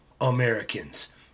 Americans